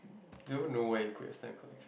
do you know where you put your stamp collect